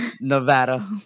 Nevada